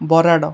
Barad